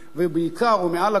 ובעיקר ומעל לכול,